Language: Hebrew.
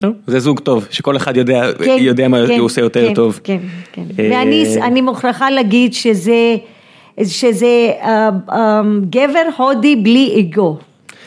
זה זוג טוב, שכל אחד יודע, יודע מה הוא עושה יותר טוב, כן, כן, כן, ואני מוכרחה להגיד שזה גבר הודי בלי אגו.